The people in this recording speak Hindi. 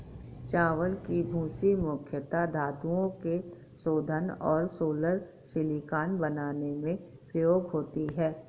चावल की भूसी मुख्यता धातुओं के शोधन और सोलर सिलिकॉन बनाने में प्रयोग होती है